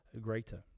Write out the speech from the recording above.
greater